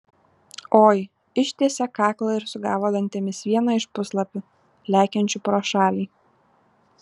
oi ištiesė kaklą ir sugavo dantimis vieną iš puslapių lekiančių pro šalį